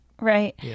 right